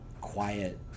quiet